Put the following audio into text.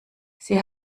sie